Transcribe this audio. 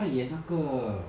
他演那个